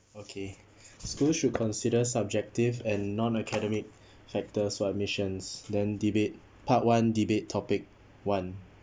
okay schools should consider subjective and non academic factors for admissions then debate part one debate topic one